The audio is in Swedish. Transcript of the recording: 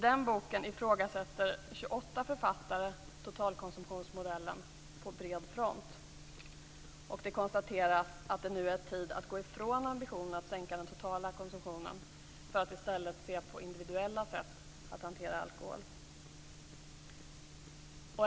Där ifrågasätter 28 författare totalkonsumtionsmodellen på bred front. Det konstateras att det nu är tid att gå från ambitionen att sänka den totala konsumtionen till att i stället se på individuella sätt att hantera alkohol.